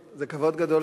זה כבוד גדול,